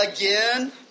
Again